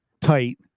tight